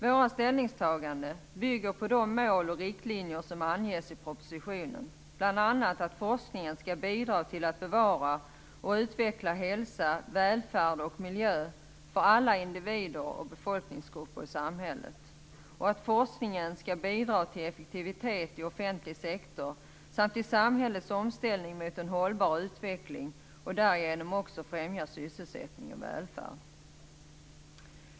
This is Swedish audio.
Våra ställningstaganden bygger på de mål och riktlinjer som anges i propositionen, bl.a. att forskningen skall bidra till att bevara och utveckla hälsa, välfärd och miljö för alla individer och befolkningsgrupper i samhället och att forskningen skall bidra till effektivitet i offentlig sektor samt till samhällets omställning mot en hållbar utveckling och därigenom också främja sysselsättning och välfärd.